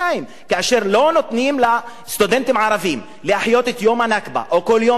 כאשר לא נותנים לסטודנטים הערבים לחיות את יום הנכבה או כל יום אחר,